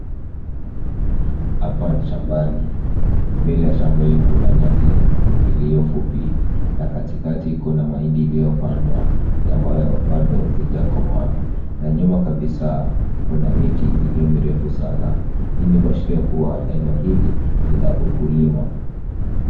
Hapa ni shambani. Mbele ya shamba hii kuna nyasi iliyo fupi na katikati kuna mahindi iliyopandwa ambayo bado haijakomaa na nyuma kabisa kuna miti iliyo mirefu sana. Hii ni kuashiria kuwa eneo hili ni la ukulima.